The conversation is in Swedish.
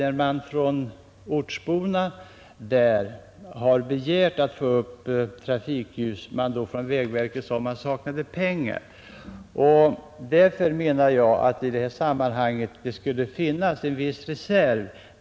När ortsborna begärde att få upp trafikljus sade man på vägverket att man saknade pengar. Det borde, menar jag, finnas en viss reserv.